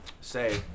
say